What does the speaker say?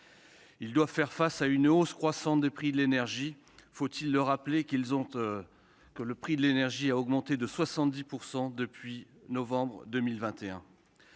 doivent faire face à une hausse croissante des prix de l'énergie. Faut-il rappeler que ces derniers ont augmenté de 70 % depuis novembre 2021